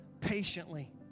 patiently